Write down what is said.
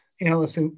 analyst